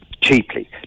Cheaply